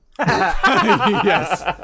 Yes